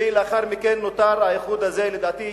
ולאחר מכן נותר האיחוד הזה, לדעתי,